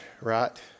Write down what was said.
right